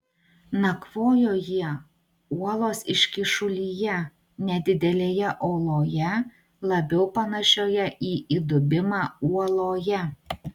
nakvojo jie uolos iškyšulyje nedidelėje oloje labiau panašioje į įdubimą uoloje